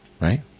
right